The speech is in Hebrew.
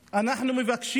אנחנו מבקשים